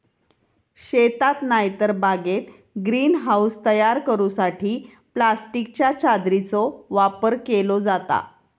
शेतात नायतर बागेत ग्रीन हाऊस तयार करूसाठी प्लास्टिकच्या चादरीचो वापर केलो जाता